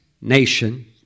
nation